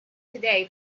today